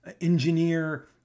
engineer